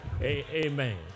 Amen